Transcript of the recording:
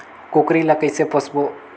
कूकरी ला कइसे पोसबो?